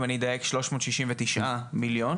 אם אני אדייק, שלוש מאות שישים ותשעה מיליון.